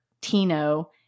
Tino